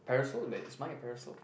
parasail wait is mine a parasail